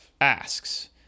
asks